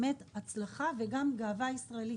באמת מדובר בהצלחה ובגאווה ישראלית.